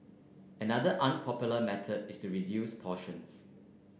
another unpopular method is to reduce portions